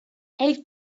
elle